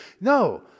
No